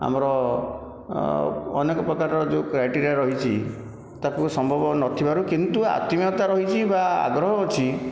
ଆମର ଅନେକ ପ୍ରକାର ଯେଉଁ କ୍ରାଏଟେରିଆ ରହିଛି ତାକୁ ସମ୍ଭବ ନଥିବାରୁ କିନ୍ତୁ ଅତ୍ମୀୟତା ରହିଛି ବା ଆଗ୍ରହ ଅଛି